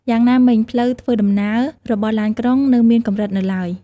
យ៉ាងណាមិញ ផ្លូវធ្វើដំណើររបស់ឡានក្រុងនៅមានកម្រិតនៅឡើយ។